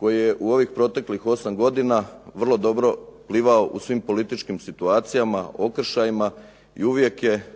koji je u ovih proteklih osam godina vrlo dobro plivao u svim političkim situacijama, okršajima i uvijek je